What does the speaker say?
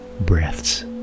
breaths